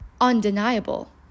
undeniable